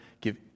give